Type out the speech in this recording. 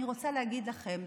אני רוצה להגיד לכם: